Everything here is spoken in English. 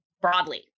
broadly